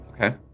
okay